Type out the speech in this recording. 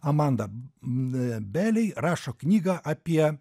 amanda a belei rašo knygą apie